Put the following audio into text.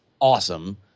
awesome